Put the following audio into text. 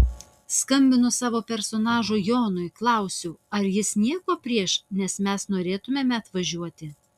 skambinu savo personažui jonui klausiu ar jis nieko prieš nes mes norėtumėme atvažiuoti